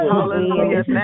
Hallelujah